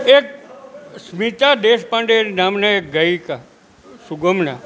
એક સ્મિતા દેશપાંડે નામનાં એક ગાયિકા સુગમનાં